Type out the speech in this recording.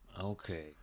Okay